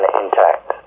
intact